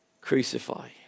Crucify